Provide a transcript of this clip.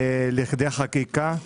לכדי חקיקה.